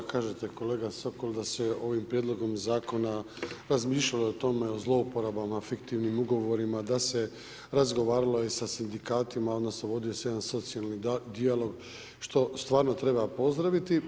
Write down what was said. Kažete kolega Sokol da se ovim prijedlogom zakona razmišljalo o tome o zlouporabama, fiktivnim ugovorima, da se razgovaralo i sa sindikatima, odnosno vodio se jedan socijalni dijalog što stvarno treba pozdraviti.